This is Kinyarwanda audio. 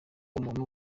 umuntu